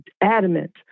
adamant